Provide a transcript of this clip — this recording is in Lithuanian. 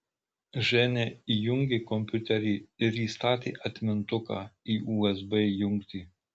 ženia įjungė kompiuterį ir įstatė atmintuką į usb jungtį